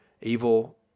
evil